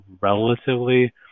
relatively